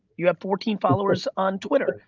you have fourteen followers on twitter,